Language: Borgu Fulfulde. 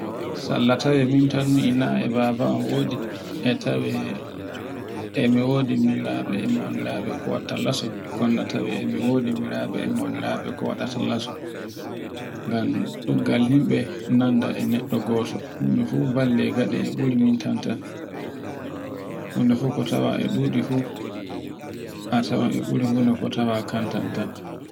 Sarla tawe min ton mi na e babawo wodi e twe e mi wodi minyirabe e maunirabe kmowatta lasol gonnata losol ɗuggal himbe e neɗɗo goto, kono ko tawa e ɗuɗi fu a tawa buri funa a tawa kantantan.